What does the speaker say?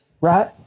right